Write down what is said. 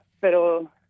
pero